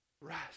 Rest